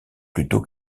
plutôt